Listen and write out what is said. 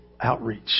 outreach